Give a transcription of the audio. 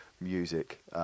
music